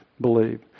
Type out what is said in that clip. believe